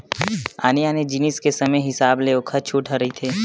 आने आने जिनिस के समे हिसाब ले ओखर छूट ह रहिथे